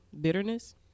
bitterness